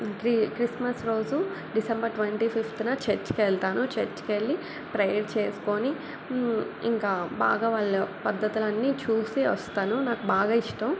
క్రి క్రిస్మస్ రోజు December twenty ఫిఫ్త్న చర్చికి వెళ్తాను చర్చికి వెళ్ళి ప్రేయర్ చేసుకుని ఇంకా బాగా వాళ్ళ పద్ధతులన్నీ చూసి వస్తాను నాకు బాగా ఇష్టం